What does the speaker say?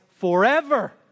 forever